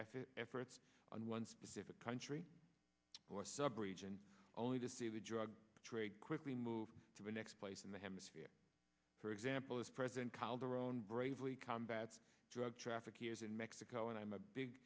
effort efforts on one specific country or sub region only to see the drug trade quickly move to the next place in the hemisphere for example as president calderon bravely combat drug traffickers in mexico and i'm a big